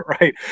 right